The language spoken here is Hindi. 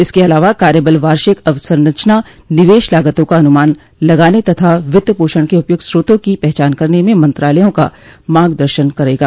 इसके अलावा कार्यबल वार्षिक अवसंरचना निवेश लागतों का अनुमान लगाने तथा वित्त पोषण के उपयुक्त स्रोतों की पहचान करने में मंत्रालयों का मार्ग दर्शन करेगा